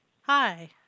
Hi